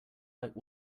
like